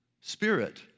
spirit